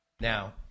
Now